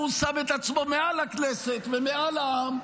הוא שם את עצמו מעל הכנסת ומעל העם,